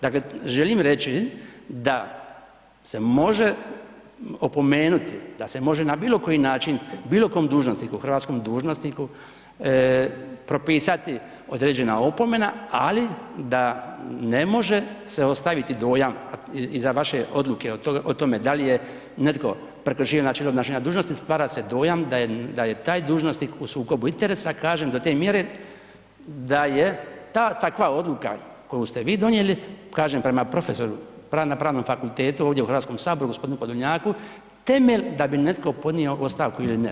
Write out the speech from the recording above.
Dakle, želim reći da se može opomenuti, da se može na bilo koji način, bilo kom dužnosniku, hrvatskom dužnosniku, propisati određena opomena, ali da ne može se ostaviti dojam iza vaše odluke o tome da li je netko prekršio načelo obnašanja dužnosti, stvara se dojam da je taj dužnosnik u sukobu interesa, kažem do te mjere da je ta, takva odluka koju ste vi donijeli, kažem prema profesoru na Pravnom fakultetu ovdje u HS, g. Podolnjaku, temelj da bi netko podnio ostavku ili ne.